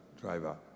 driver